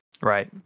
Right